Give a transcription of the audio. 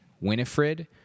Winifred